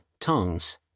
tongues